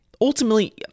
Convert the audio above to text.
ultimately